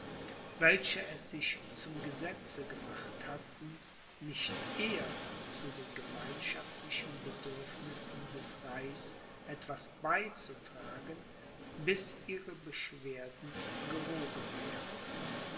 welche es sich zum gesetze gemacht hatten nicht eher zu den gemeinschaftlichen bedürfnissen des reichs etwas beizutragen bis ihre beschwerden gehoben wären